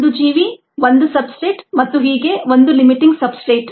ಒಂದು ಜೀವಿ ಒಂದು ಸಬ್ಸ್ಟ್ರೇಟ್ ಮತ್ತು ಹೀಗೆ ಒಂದು ಲಿಮಿಟಿಂಗ್ ಸಬ್ಸ್ಟ್ರೇಟ್